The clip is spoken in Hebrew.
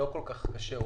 הוא לא כל-כך קשה,